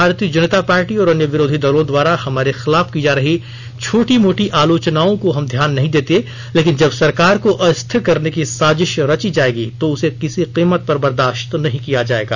भारतीय जनता पार्टी और अन्य विरोधी दलों द्वारा हमारे खिलाफ की जा रही छोटी मोटी आलोचनाओं को हम ध्यान नहीं देते हैं लेकिन जब सरकार को अस्थिर करने की साजिश रची जाएगी तो उसे किसी भी कीमत पर बर्दाश्त नहीं किया जाएगा